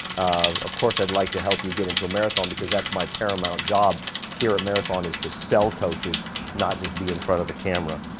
of of course, i'd like to help you get into a marathon because that's my paramount job here at marathon is to sell coaches not just be in front of a camera.